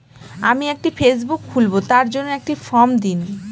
আমি একটি ফেসবুক খুলব তার জন্য একটি ফ্রম দিন?